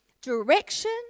direction